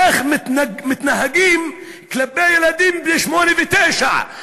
איך מתנהגים כלפי ילדים בני שמונה ותשע,